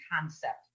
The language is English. concept